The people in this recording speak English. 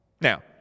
Now